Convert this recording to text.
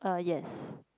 uh yes